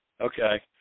Okay